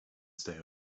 stay